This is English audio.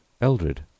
Eldred